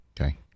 Okay